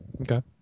Okay